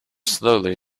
slowly